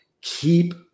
keep